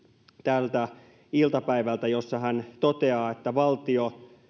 tältä iltapäivältä jossa hän toteaa että valtio